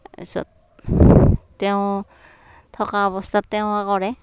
তাৰপিছত তেওঁ থকা অৱস্থাত তেওঁৱে কৰে